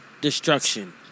Destruction